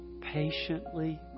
patiently